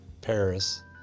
Paris